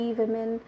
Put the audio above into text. women